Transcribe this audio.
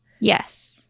Yes